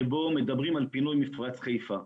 בו מדברים על פינוי מפרץ חיפה.